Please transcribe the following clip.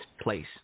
place